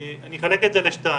אני אחלק את זה לשניים.